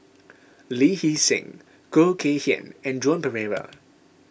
Lee Hee Seng Khoo Kay Hian and Joan Pereira